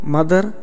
Mother